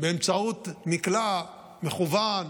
באמצעות מקלע מכוון,